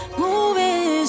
moving